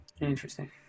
interesting